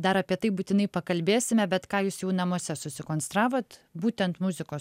dar apie tai būtinai pakalbėsime bet ką jūs jau namuose susikonstravot būtent muzikos